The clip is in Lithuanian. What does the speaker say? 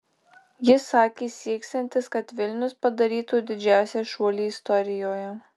jis sakė sieksiantis kad vilnius padarytų didžiausią šuolį istorijoje